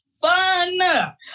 fun